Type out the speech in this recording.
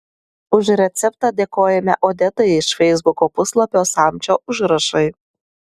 už receptą dėkojame odetai iš feisbuko puslapio samčio užrašai